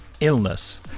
illness